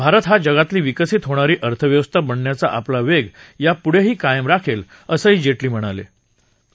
भारत हा जगातली विकसित होणारी अर्थव्यवस्था बनण्याचा आपला वेग यापुढेही कायम राखेल असं जेटली यांनी म्हटलं आहे